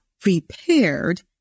prepared